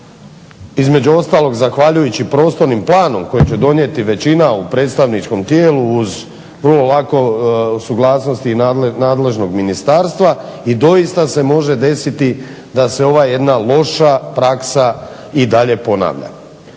između ostalog zahvaljujući prostornom planu koji će donijeti većina u predstavničkom tijelu uz vrlo lako suglasnost nadležnog ministarstva i doista se može desiti da se ova jedna loša praksa i dalje ponavlja.